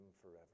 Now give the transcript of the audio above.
forever